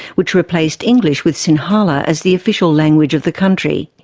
which replaced english with sinhala as the official language of the country.